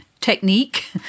technique